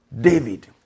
David